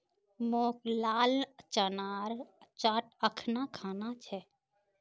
मोक लाल चनार चाट अखना खाना छ